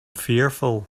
fearful